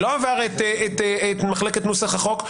שלא עבר את מחלקת נוסח החוק,